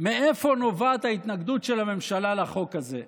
מאיפה נובעת ההתנגדות של הממשלה לחוק הזה.